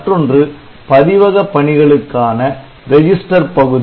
மற்றொன்று பதிவக பணிகளுக்கான ரெஜிஸ்டர் பகுதி